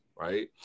right